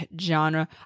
genre